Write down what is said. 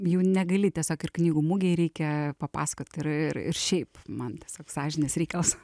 jų negali tiesiog ir knygų mugei reikia papasakot ir ir šiaip man tiesiog sąžinės reikalas